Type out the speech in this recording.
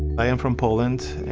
i am from poland,